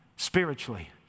Spiritually